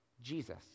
Jesus